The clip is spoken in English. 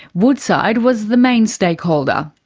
woodside was the main stakeholder.